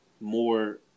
more –